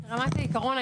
באמת העקרון,